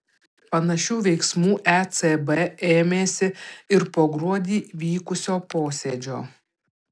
panašių veiksmų ecb ėmėsi ir po gruodį vykusio posėdžio